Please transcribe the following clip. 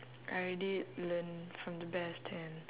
I already learn from the best and